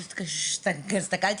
הסתכלתי